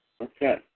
Okay